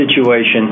situation